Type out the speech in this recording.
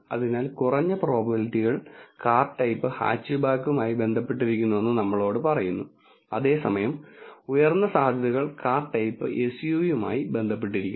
അതിനാൽ കുറഞ്ഞ പ്രോബബിലിറ്റികൾ കാർ ടൈപ്പ് ഹാച്ച്ബാക്കുമായി ബന്ധപ്പെട്ടിരിക്കുന്നുവെന്ന് നമ്മോട് പറയുന്നു അതേസമയം ഉയർന്ന സാധ്യതകൾ കാർ ടൈപ്പ് എസ്യുവിയുമായി ബന്ധപ്പെട്ടിരിക്കുന്നു